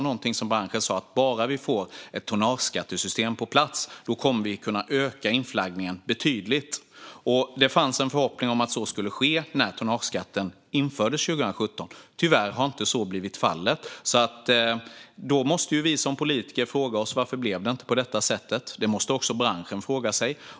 De sa: Bara vi får ett tonnageskattesystem på plats kommer vi att kunna öka inflaggningen betydligt. Det fanns en förhoppning om att det skulle ske när tonnageskatten infördes 2017. Tyvärr har så inte blivit fallet. Då måste vi som politiker fråga oss varför det inte har blivit på det sättet. Det måste också branschen fråga sig.